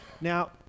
Now